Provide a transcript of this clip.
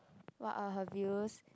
what are her views